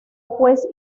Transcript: juez